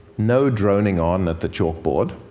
no droning on at the chalkboard.